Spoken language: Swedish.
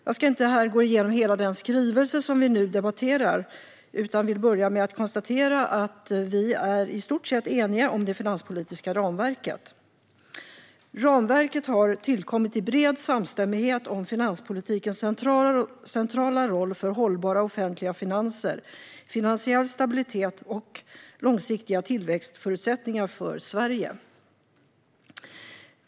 Jag ska inte här gå igenom hela den skrivelse som vi nu debatterar utan vill börja med att konstatera att vi är i stort sett eniga om det finanspolitiska ramverket. Ramverket har tillkommit i bred samstämmighet om finanspolitikens centrala roll för hållbara offentliga finanser, finansiell stabilitet och långsiktiga tillväxtförutsättningar för Sverige.